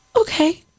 okay